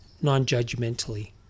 non-judgmentally